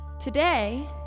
Today